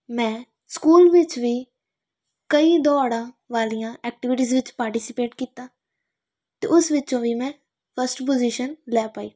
ਮੈਂ ਸਕੂਲ ਵਿੱਚ ਵੀ ਕਈ ਦੌੜਾਂ ਵਾਲੀਆਂ ਐਕਟੀਵਿਟੀਜ਼ ਵਿੱਚ ਪਾਰਟੀਸੀਪੇਟ ਕੀਤਾ ਅਤੇ ਉਸ ਵਿੱਚੋਂ ਵੀ ਮੈਂ ਫਸਟ ਪੋਜੀਸ਼ਨ ਲੈ ਪਾਈ